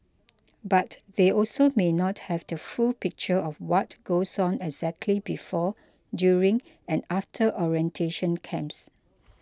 but they also may not have the full picture of what goes on exactly before during and after orientation camps